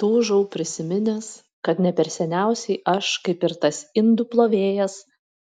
tūžau prisiminęs kad ne per seniausiai aš kaip ir tas indų plovėjas